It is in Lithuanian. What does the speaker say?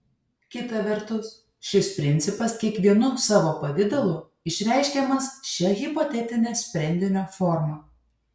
kita vertus šis principas kiekvienu savo pavidalu išreiškiamas šia hipotetine sprendinio forma